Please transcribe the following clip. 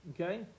Okay